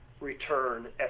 return